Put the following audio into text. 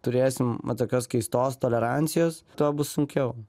turėsim va tokios keistos tolerancijos tuo bus sunkiau